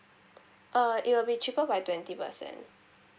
uh it will be cheaper by twenty percent